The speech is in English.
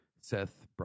Seth